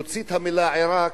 להוציא את המלה "עירק",